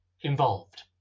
involved